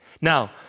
Now